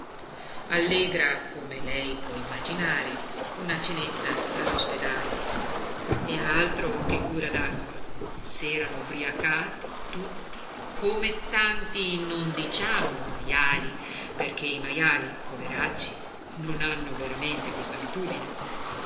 allegra come lei può immaginare una cenetta all'ospedale e altro che cura d'acqua s'erano ubriacati tutti come tanti non diciamo majali perché i majali poveracci non hanno veramente quest'abitudine